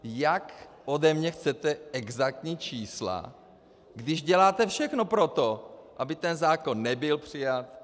Jak ode mě chcete exaktní čísla, když děláte všechno pro to, aby ten zákon nebyl přijat.